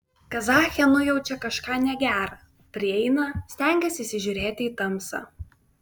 kazachė nujaučia kažką negera prieina stengiasi įsižiūrėti į tamsą